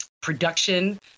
production